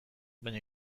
baina